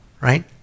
right